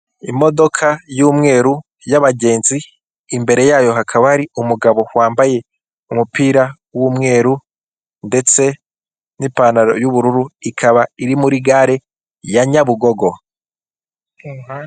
Imodoka y'umweru y'abagenzi imbere yayo hakaba hari umugabo wambaye umupira w'umweru ndetse n'ipantaro y'ubururu ikaba iri muri gare ya Nyabugogo.